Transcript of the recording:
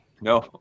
No